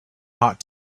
hot